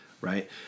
Right